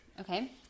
okay